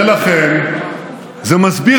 (חבר הכנסת איימן עודה יוצא מאולם המליאה.) ולכן זה מסביר